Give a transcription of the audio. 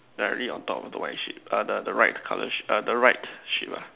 directly on top of the white ship err the the right colour ship err the right ship ah